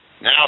Now